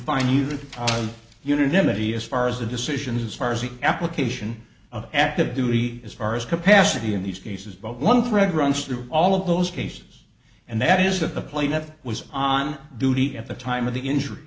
unanimity as far as the decisions as far as the application of active duty as far as capacity in these cases but one thread runs through all of those cases and that is that the plaintiff was on duty at the time of the injury